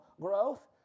growth